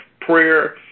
prayer